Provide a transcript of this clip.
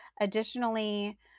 Additionally